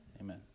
Amen